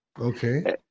okay